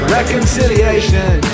reconciliation